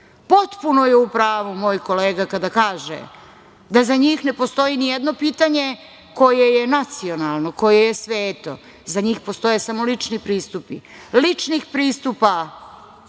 Potpuno je u pravu moj kolega kada kaže da za njih ne postoji nijedno pitanje koje je nacionalno, koje je sveto. Za njih postoje samo lični pristupi. Ličnih pristupa